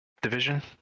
Division